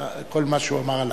לכל מה שהוא אמר עלייך.